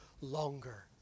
longer